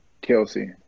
Kelsey